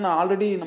already